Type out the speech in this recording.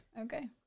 Okay